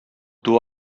dur